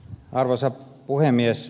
arvoisa puhemies